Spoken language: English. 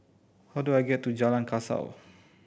how do I get to Jalan Kasau